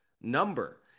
number